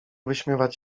wyśmiewać